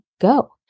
go